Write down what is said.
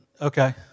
Okay